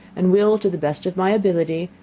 and will to the best of my ability,